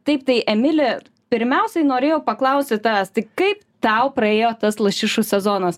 taip tai emili pirmiausiai norėjau paklausti tavęs tai kaip tau praėjo tas lašišų sezonas